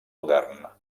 modern